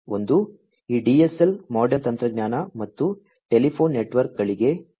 ಒಂದು ಈ DSL MODEM ತಂತ್ರಜ್ಞಾನ ಮತ್ತು ಟೆಲಿಫೋನ್ ನೆಟ್ವರ್ಕ್ಗಳಿಗಾಗಿ PSTN